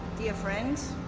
dear friends.